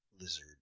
lizard